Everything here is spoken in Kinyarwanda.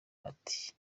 ati